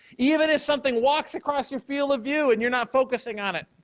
even if something walks across your field of view and you're not focusing on it,